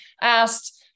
asked